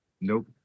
Nope